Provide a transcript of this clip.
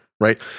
Right